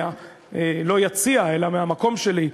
לא מהיציע אלא מהמקום שלי,